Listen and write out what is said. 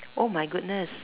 my-goodness